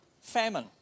famine